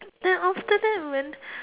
then after that when